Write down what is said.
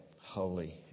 holy